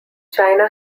china